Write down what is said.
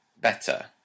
better